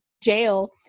jail